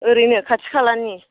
ओरैनो खाथि खालानि